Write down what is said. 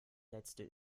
letzte